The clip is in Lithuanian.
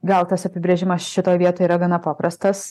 gal tas apibrėžimas šitoj vietoj yra gana paprastas